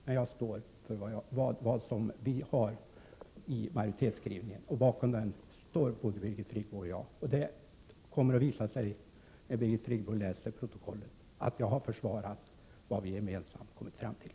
Men jag står för majoritetsskrivningen. Bakom den står både Birgit Friggebo och jag. Om Birgit Friggebo läser protokollet, kommer hon att finna att jag har försvarat vad vi gemensamt har kommit fram till.